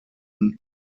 und